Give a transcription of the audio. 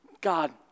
God